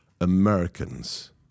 Americans